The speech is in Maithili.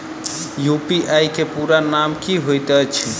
यु.पी.आई केँ पूरा नाम की होइत अछि?